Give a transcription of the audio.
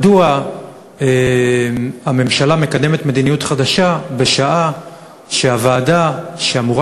מדוע הממשלה מקדמת מדיניות חדשה בשעה שהוועדה שאמורה